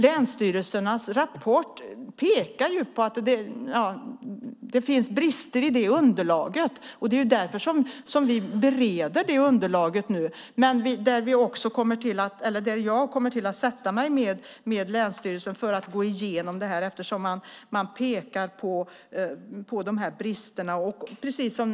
Länsstyrelsernas rapport pekar på att det finns brister i underlaget. Det är därför som vi nu bereder det underlaget. Jag kommer också att sätta mig med länsstyrelserna för att gå igenom detta, eftersom man pekar på brister.